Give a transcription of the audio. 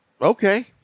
okay